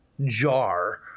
jar